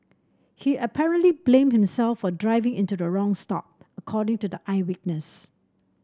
he apparently blamed himself for driving into the wrong stop according to the eyewitness